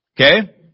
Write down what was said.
Okay